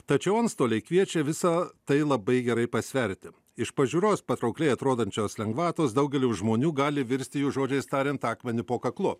tačiau antstoliai kviečia visą tai labai gerai pasverti iš pažiūros patraukliai atrodančios lengvatos daugeliui žmonių gali virsti jų žodžiais tariant akmeniu po kaklu